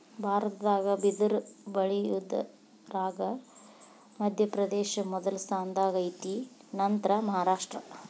ಭಾರತದಾಗ ಬಿದರ ಬಳಿಯುದರಾಗ ಮಧ್ಯಪ್ರದೇಶ ಮೊದಲ ಸ್ಥಾನದಾಗ ಐತಿ ನಂತರಾ ಮಹಾರಾಷ್ಟ್ರ